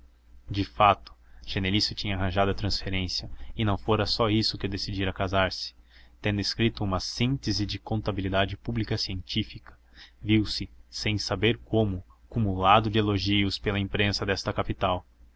de fato genelício tinha arranjado a transferência e não fora só isso que o decidira a casar-se tendo escrito uma síntese de contabilidade pública científica viu-se sem saber como cumulado de elogios pela imprensa desta capital